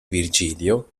virgilio